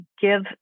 give